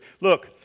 Look